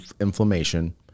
inflammation